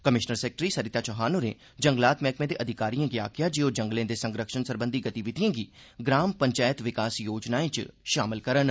commissioner secretary Sarita Chauhan होरें जंगलात मैहकमे दे अधिकारिएं गी आखेआ जे ओह जंगलें दे संरक्षण सरबंधी गतिविधिएं गी ग्राम पंचैत विकास योजना च शामल करन